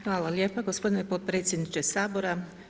Hvala lijepa gospodine potpredsjedniče Sabora.